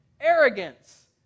arrogance